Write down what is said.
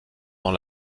dans